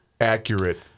accurate